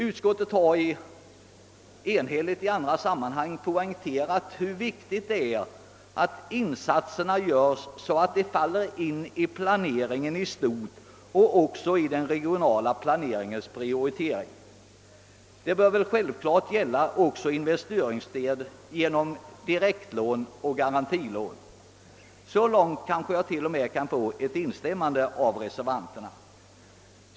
Utskottet har i andra sammanhang enhälligt poängterat hur viktigt det är att insatserna görs så, att de faller in i planeringen i stort och även i den regionala planeringens prioritering. Detta bör naturligtvis gälla också investeringsstöd genom direktlån och garantilån; så långt kanske jag t.o.m. kan få ett instämmande av reservanterna.